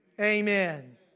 Amen